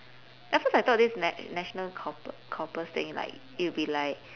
at first I thought this na~ national corpu~ corpus thing like it will be like